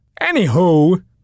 Anywho